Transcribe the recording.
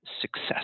success